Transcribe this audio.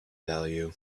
value